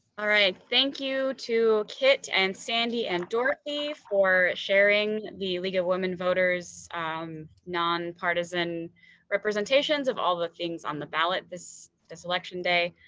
all right, thank you to kit and sandy and dorothy for sharing the league of women voters um non-partisan representations of all the things on the ballot this this election day.